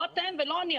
לא אתם ולא אני,